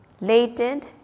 latent